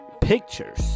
pictures